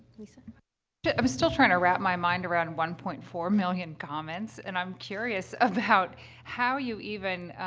lisa? but i'm still trying to wrap my mind around one point four million comments, and i'm curious about how you even,